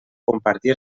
compartir